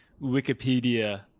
Wikipedia